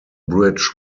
bridge